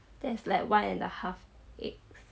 that's like one and a half egg